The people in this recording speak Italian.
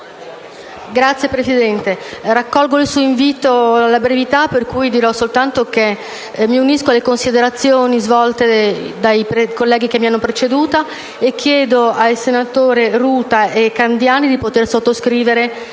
Signor Presidente, raccolgo il suo invito alla brevità perciò dirò soltanto che mi unisco alle considerazioni svolte dai colleghi che mi hanno preceduto e chiedo ai senatori Ruta e Candiani di sottoscrivere